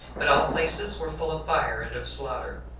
but all places were full of fire and of slaughter.